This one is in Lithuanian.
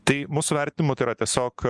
tai mūsų vertinimu tai yra tiesiog